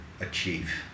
achieve